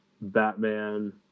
batman